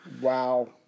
wow